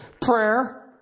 Prayer